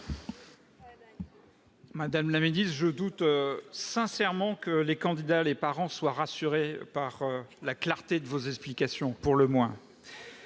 Madame la ministre, je doute sincèrement que les candidats et les parents soient rassurés par la clarté de vos explications. Très bien